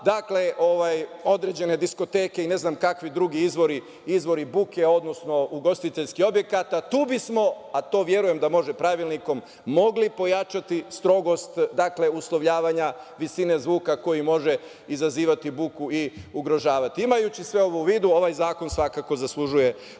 škola određene diskoteke i ne znam kakvi drugi izvori buke, odnosno ugostiteljskih objekata, tu bismo, a to verujem da može pravilnikom, mogli pojačati strogost uslovljavanja visine zvuka koji može izazivati buku i ugrožavati. Imajući sve ovo u vidu, ovaj zakon svakako zaslužuje podršku